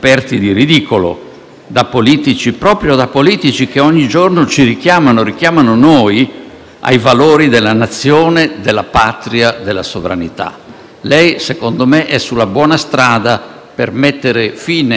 ai valori della Nazione, della patria, della sovranità? Lei, a mio avviso, è sulla buona strada per mettere fine a questa fiera della incoerenza e del disprezzo degli italiani